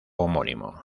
homónimo